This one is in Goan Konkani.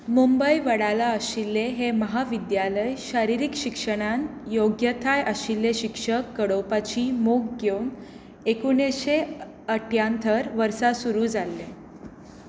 मुंबय वडाला आशिल्लें हें महाविद्यालय शारिरीक शिक्षणांत योग्यताय आशिल्ले शिक्षक घडोवपाची मोख घेवन एकोणीशे अठ्ठ्यातर वर्सा सुरू जाल्लें